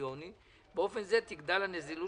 מכשיר לביטחון